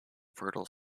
fertile